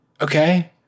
okay